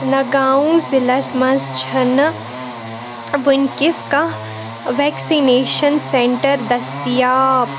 ناگاوں ضلعس مَنٛز چھنہٕ وٕنکِنس کانٛہہ ویکسِنیشن سینٹر دٔستِیاب